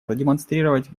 продемонстрировать